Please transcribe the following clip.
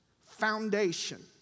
foundation